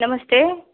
नमस्ते